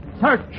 search